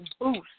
boost